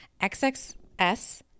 XXS